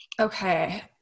Okay